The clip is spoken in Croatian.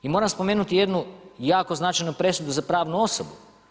I moram spomenuti jednu, jako značajnu presudu za pravnu osobu.